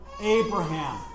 Abraham